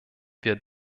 wir